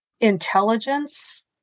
intelligence